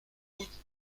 route